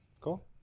Cool